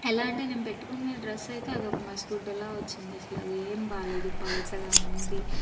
ఎలా అంటే నేను పెట్టుకున్న డ్రెస్ అయితే అదొక మసిగుడ్డల వచ్చింది అసలు అది ఏం బాగలేదు పలచగా ఉంది